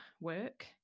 work